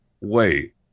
wait